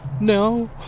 no